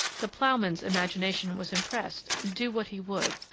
the ploughman's imagination was impressed, do what he would,